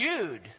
Jude